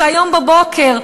כשהיום בבוקר,